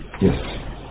Yes